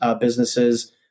businesses